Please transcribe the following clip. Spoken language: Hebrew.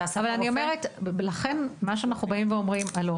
אבל אני אומרת: לכן מה שאנחנו באים ואומרים הלא,